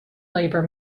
labour